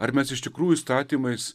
ar mes iš tikrųjų įstatymais